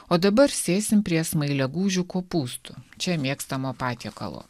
o dabar sėsim prie smailia gūžių kopūstų čia mėgstamo patiekalo